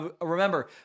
Remember